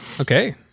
Okay